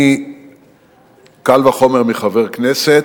קל וחומר מחבר כנסת,